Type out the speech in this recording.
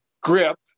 grip